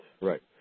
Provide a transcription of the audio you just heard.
right